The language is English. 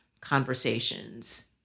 conversations